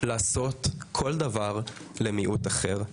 לעשות כל דבר למיעוט אחר.